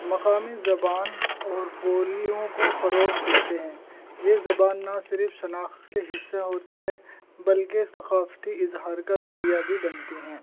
مقامی زبان اور بولیوں کو فروغ دیتے ہیں یہ زبان نہ صرف شناخت کے حصہ ہوتی ہے بلکہ ثقافتی اظہار کا ذریعہ بھی بنتی ہیں